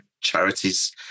charities